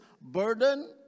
burden